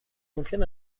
ممکن